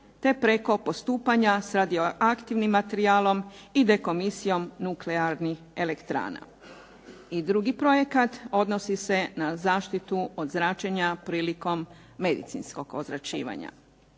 te preko postupanja s radioaktivnim materijalom i dekomisijom nuklearnih elektrana. I drugi projekat odnosi se na zaštitu od zračenja prilikom medicinskog ozračivanja.